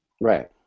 Right